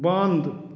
बन्द